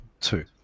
two